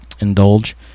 Indulge